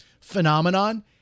phenomenon